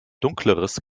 dunkleres